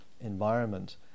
environment